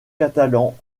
catalans